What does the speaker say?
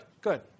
good